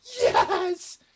Yes